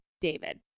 David